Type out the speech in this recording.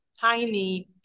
tiny